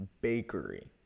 Bakery